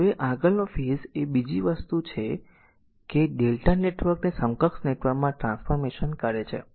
હવે આગળનો ફેઝ એ બીજી વસ્તુ છે જે Δ નેટવર્ક ને સમકક્ષ નેટવર્ક માં ટ્રાન્સફોર્મેશન કરે છે